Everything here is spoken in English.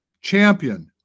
champion